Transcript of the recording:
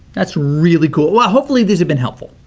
that's really cool. well, ah hopefully these have been helpful.